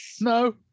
No